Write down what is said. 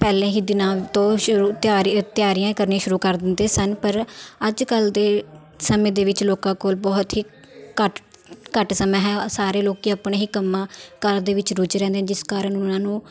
ਪਹਿਲੇ ਹੀ ਦਿਨਾਂ ਤੋਂ ਸ਼ੁਰੂ ਤਿਆਰੀ ਤਿਆਰੀਆਂ ਕਰਨੀਆਂ ਸ਼ੁਰੂ ਕਰ ਦਿੰਦੇ ਸਨ ਪਰ ਅੱਜ ਕੱਲ੍ਹ ਦੇ ਸਮੇਂ ਦੇ ਵਿੱਚ ਲੋਕਾਂ ਕੋਲ ਬਹੁਤ ਹੀ ਘੱਟ ਘੱਟ ਸਮਾਂ ਹੈ ਸਾਰੇ ਲੋਕ ਆਪਣੇ ਹੀ ਕੰਮਾਂ ਕਾਰਾਂ ਦੇ ਵਿੱਚ ਰੁੱਝੇ ਰਹਿੰਦੇ ਨੇ ਜਿਸ ਕਾਰਨ ਉਹਨਾਂ ਨੂੰ